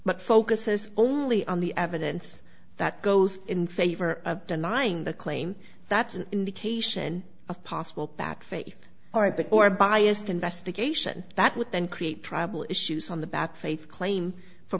but focuses only on the evidence that goes in favor of denying the claim that's an indication of possible bad faith or a bit or biased investigation that would then create tribal issues on the back faith claim for